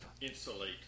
Insulate